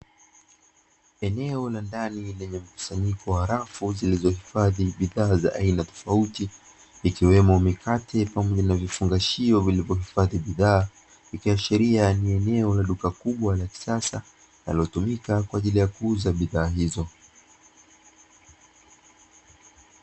Eneo la ndani lilohifadhi bidhaa za duka likiwa ni eneo linalohifadhi